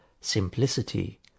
simplicity